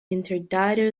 intertidal